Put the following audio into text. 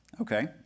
Okay